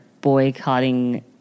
boycotting